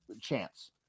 chance